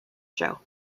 show